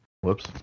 whoops